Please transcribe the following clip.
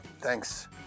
thanks